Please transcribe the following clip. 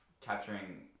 capturing